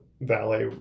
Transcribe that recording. valet